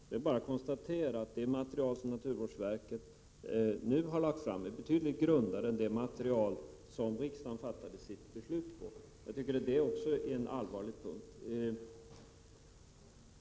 Det är bara att konstatera att det material som naturvårdsverket nu har lagt fram är betydligt grundare än det material som låg till grund för riksdagens beslut 1976/77. Jag tycker att det också är en allvarlig punkt.